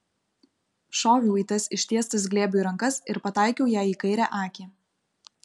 šoviau į tas ištiestas glėbiui rankas ir pataikiau jai į kairę akį